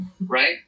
right